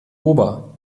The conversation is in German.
ober